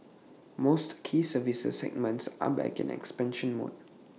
most key services segments are back in expansion mode